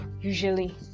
usually